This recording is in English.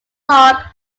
lock